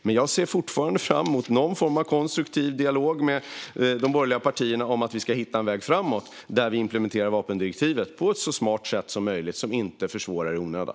Jag ser dock fortfarande fram emot någon form av konstruktiv dialog med de borgerliga partierna om att hitta en väg framåt, där vi implementerar vapendirektivet på ett så smart sätt som möjligt som inte försvårar i onödan.